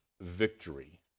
victory